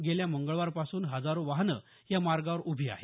गेल्या मंगळवारपासून शेकडो वाहनं या मार्गावर उभी आहेत